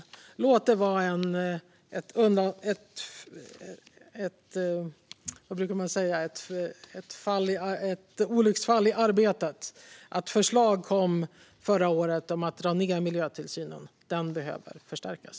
Låt det vara ett olycksfall i arbetet att det förra året kom förslag om att dra ned miljötillsynen. Den behöver förstärkas.